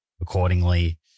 accordingly